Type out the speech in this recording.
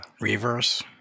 reverse